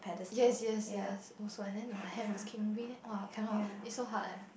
yes yes yes also and then the hand must keep moving !wah! cannot it's so hard